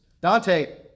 Dante